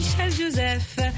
Michel-Joseph